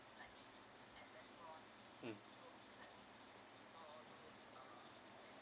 mm